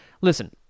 listen